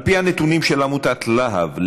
על פי הנתונים של עמותת לה"ב,